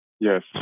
Yes